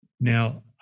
Now